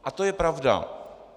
A to je pravda.